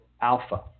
alpha